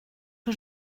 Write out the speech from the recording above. que